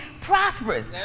prosperous